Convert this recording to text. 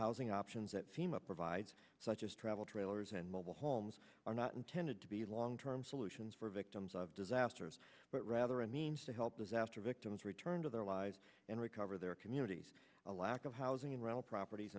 housing options that seem up provides such as travel trailers and mobile homes are not intended to be long term solutions for victims of disasters but rather a means to help disaster victims return to their lives and recover their communities a lack of housing in rental properties